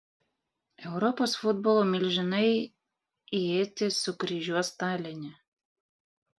europos futbolo milžinai ietis sukryžiuos taline